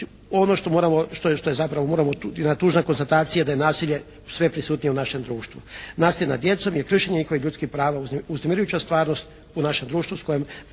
što zapravo moramo, jedna tužna konstatacija da je nasilje sve prisutnije u našem društvu. Nasilje nad djecom je kršenje njihovih ljudskih prava, uznemirujuća stvarnost u našem društvu